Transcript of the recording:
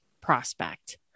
prospect